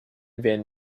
van